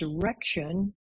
direction